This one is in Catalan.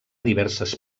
diverses